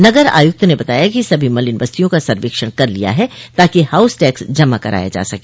नगर आयुक्त ने बताया कि सभी मलिन बस्तियों का सर्वेक्षण कर लिया है ताकि हाउस टैक्स जमा कराया जा सके